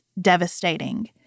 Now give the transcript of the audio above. devastating